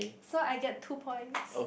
so get two points